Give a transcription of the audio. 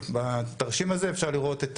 בתרשים הזה אפשר לראות,